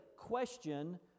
Question